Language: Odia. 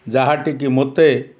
ଯାହାଟିିକେ ମତେ